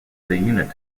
unit